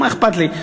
מה אכפת לי.